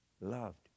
loved